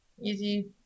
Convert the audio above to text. easy